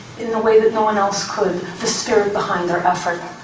in a way that no one else, could, the spirit behind their effort.